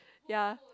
ya